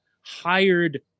hired